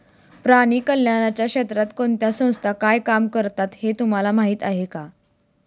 प्राणी कल्याणाच्या क्षेत्रात कोणत्या संस्था काय काम करतात हे तुम्हाला माहीत आहे का?